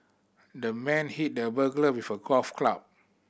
the man hit the burglar with a golf club